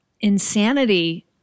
insanity